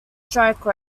strike